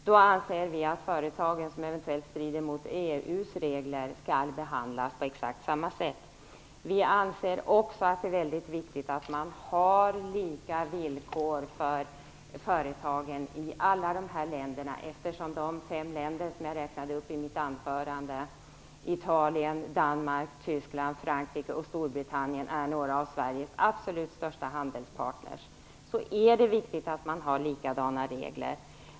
Vi anser att företag som handlar på sätt som eventuellt strider mot EU:s regler skall behandlas på exakt samma sätt. Vi anser också att det är viktigt att man har lika villkor för företagen i alla de här länderna. Eftersom de fem länder som jag räknade upp i mitt anförande, Italien, Danmark, Tyskland, Frankrike och Storbritannien, är några av Sveriges absolut största handelspartners är det viktigt att man har likadana regler.